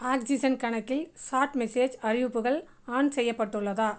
oxygen கணக்கில் chat message அறிவிப்புகள் on செய்யப்பட்டுள்ளதா